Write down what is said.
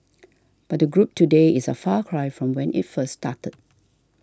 but the group today is a far cry from when it first started